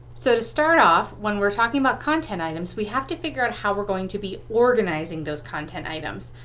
so to start off, when we're talking about content items, we have to figure out how we're going to be organizing those content items.